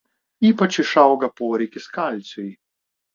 ypač išauga poreikis kalciui